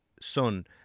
son